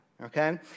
okay